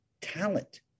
talent